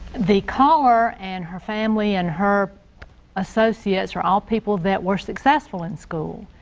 the caller and her family and her associates are all people that were successful in school.